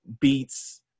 beats